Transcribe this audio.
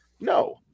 No